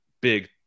big